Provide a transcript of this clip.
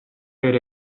per